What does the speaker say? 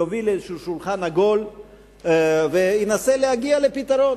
יוביל איזה שולחן עגול וינסה להגיע לפתרון.